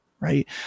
Right